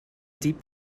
deep